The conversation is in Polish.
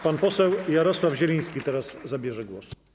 Pan poseł Jarosław Zieliński teraz zabierze głos.